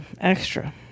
Extra